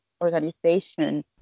organization